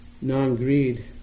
non-greed